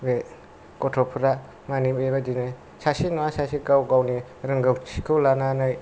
गथ'फोरा बेबादिनो सासे नङा सासे गाव गावनि रोंगौथिखौ लानानै